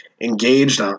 engaged